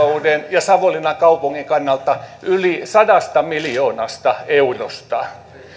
ja savonlinnan kaupungin kannalta yli sadasta miljoonasta eurosta